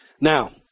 Now